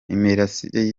imirasire